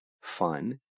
fun